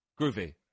Groovy